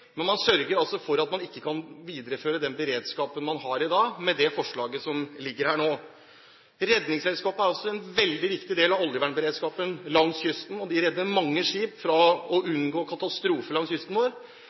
sørger for at man ikke kan videreføre den beredskapen som er i dag, med det forslaget som ligger her nå. Redningsselskapet er også en veldig viktig del av oljevernberedskapen langs kysten, og de redder mange skip så man unngår katastrofe langs kysten vår.